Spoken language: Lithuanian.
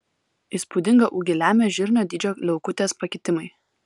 įspūdingą ūgį lemia žirnio dydžio liaukutės pakitimai